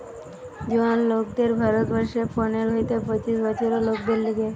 জোয়ান লোকদের ভারত বর্ষে পনের হইতে পঁচিশ বছরের লোকদের লিগে